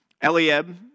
Eliab